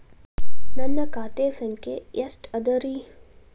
ನನ್ನ ಖಾತೆ ಸಂಖ್ಯೆ ಎಷ್ಟ ಅದರಿ?